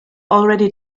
already